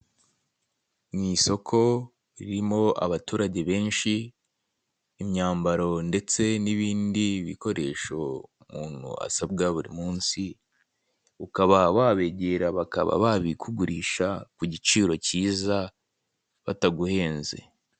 Ni isoko ririmo abaturage benshi, imyambaro ndetse n'ibindi bikoresho umuntu asabwa buri munsi ukaba wabegera bakaba babikugurisha ku giciro kiza bataguhenze.